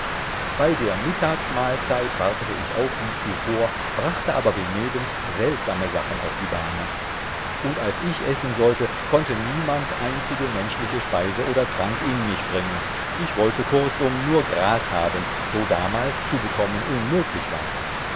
bei der mittagsmahlzeit wartete ich auf wie zuvor brachte aber benebenst seltsame sachen auf die bahne und als ich essen sollte konnte niemand einzige menschliche speise oder trank in mich bringen ich wollte kurzum nur gras haben so damals zu bekommen unmüglich war